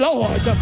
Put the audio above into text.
Lord